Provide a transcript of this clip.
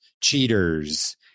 cheaters